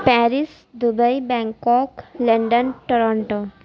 Paris Dubai Bangkok London Toronto